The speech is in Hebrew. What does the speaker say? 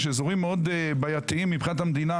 יש אזורים בעייתיים מאוד מבחינת המדינה.